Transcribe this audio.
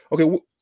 Okay